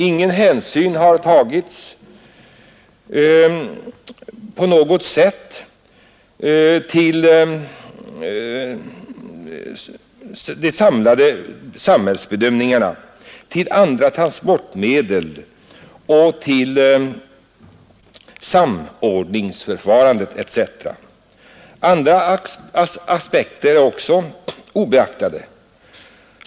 Ingen hänsyn har tagits på något sätt till de samlade samhällsbedömningarna, till andra transportmedel, till samordningsförfarandet etc. Andra aspekter är också obeaktade.